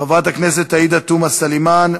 חברת הכנסת עאידה תומא סלימאן,